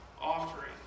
offering